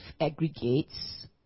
aggregates